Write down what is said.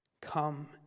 Come